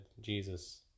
Jesus